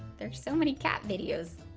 there are so many cat videos.